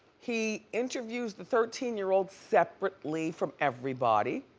he interviews the thirteen year old separately from everybody.